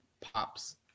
pops